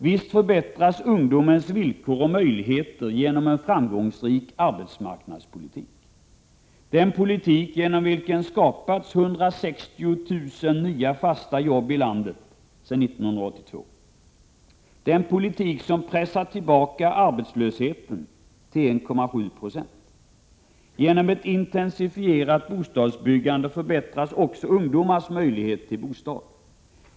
Visst förbättras ungdomens villkor och möjligheter genom en framgångsrik arbetsmarknadspolitik — den politik genom vilken det skapats 160 000 nya fasta jobb i landet sedan 1982, den politik som pressat tillbaka arbetslösheten till 1,7 26. Genom ett intensifierat bostadsbyggande förbättras också ungdomars möjlighet att få en bostad.